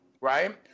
right